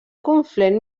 conflent